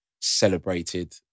celebrated